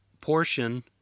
portion